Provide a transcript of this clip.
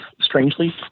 strangely